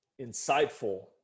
insightful